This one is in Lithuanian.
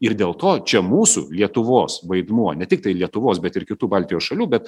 ir dėl to čia mūsų lietuvos vaidmuo ne tiktai lietuvos bet ir kitų baltijos šalių bet